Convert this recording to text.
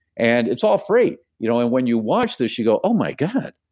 and it's all free. you know and when you watch this, you go, oh my god.